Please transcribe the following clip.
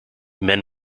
men